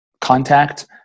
contact